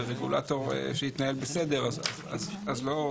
ורגולטור שהתנהל בסדר אז לא,